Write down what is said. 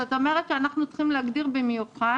זאת אומרת שאנחנו צריכים להגדיר במיוחד